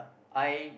I